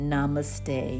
Namaste